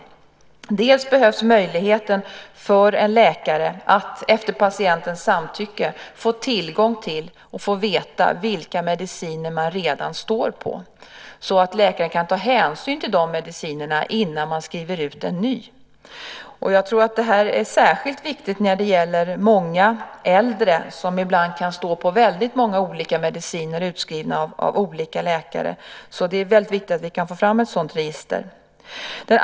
För det första behövs möjligheten för en läkare att efter patientens samtycke få veta vilka mediciner man redan står på, så att läkaren kan ta hänsyn till de medicinerna innan han skriver ut en ny. Jag tror att det här är särskilt viktigt när det gäller många äldre, som ibland kan stå på många olika mediciner utskrivna av olika läkare. Det är väldigt viktigt att vi kan få fram ett register.